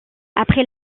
après